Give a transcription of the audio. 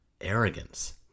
arrogance